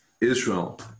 Israel